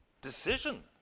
decision